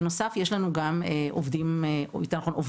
בנוסף, יש לנו גם עובדות סוציאליות.